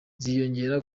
ziyongera